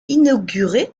inaugurée